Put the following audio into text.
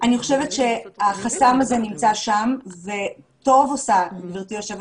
אני חושבת שהחסם הזה נמצא כאן וטוב עושה גברתי יושבת